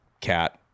cat